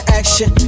action